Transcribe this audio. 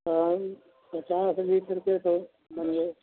आं पचास लीटर के तो मंझे